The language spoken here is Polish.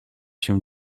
się